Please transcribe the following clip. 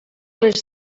les